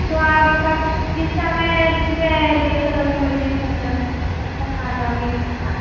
आप कब किस समय में ले चलोगे मुझे मतलब कब तक आ जाओगे आप